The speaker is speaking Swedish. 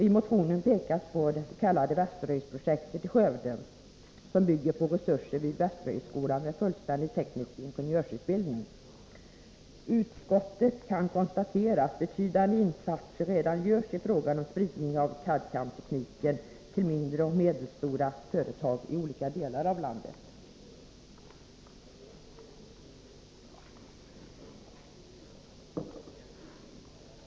I motionen pekas på det s.k. Utskottet kan konstatera att betydande insatser redan görs i frågan om spridning av CAD/CAM-tekniken till mindre och medelstora företag i olika delar av landet.